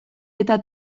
eta